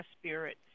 spirit